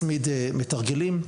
מהצמדת מתרגלים,